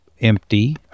empty